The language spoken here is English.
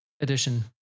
edition